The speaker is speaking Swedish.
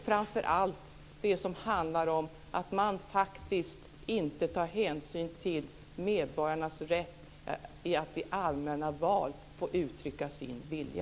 Framför allt handlar det om att man faktiskt inte tar hänsyn till medborgarnas rätt att i allmäna val uttrycka sin vilja.